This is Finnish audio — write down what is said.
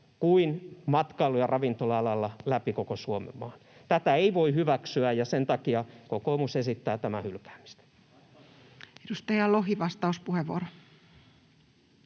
kuin matkailu- ja ravintola-alalla läpi koko Suomenmaan. Tätä ei voi hyväksyä, ja sen takia kokoomus esittää tämän hylkäämistä. [Speech 147] Speaker: